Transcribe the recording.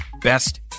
best